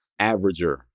averager